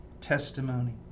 testimony